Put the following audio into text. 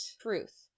truth